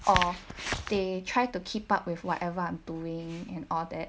or they try to keep up with whatever I'm doing and all that